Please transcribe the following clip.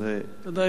תודה.